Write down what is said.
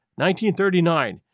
1939